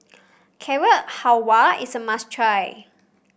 Carrot Halwa is a must try